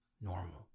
normal